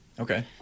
Okay